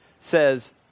says